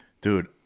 Dude